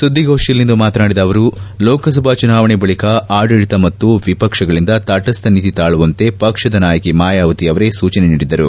ಸುಧ್ಲಿಗೋಷ್ನಿಯಲ್ಲಿಂದು ಮಾತನಾಡಿದ ಅವರು ಲೋಕಸಭಾ ಚುನಾವಣೆ ಬಳಿಕ ಆಡಳಿತ ಹಾಗೂ ವಿಪಕ್ಷಗಳಿಂದ ತಟಸ್ನ ನೀತಿ ತಾಳುವಂತೆ ಪಕ್ಷದ ನಾಯಕಿ ಮಾಯಾವತಿ ಅವರೇ ಸೂಚನೆ ನೀಡಿದ್ದರು